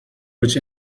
which